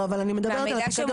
אני מדברת על הפיקדון עצמו,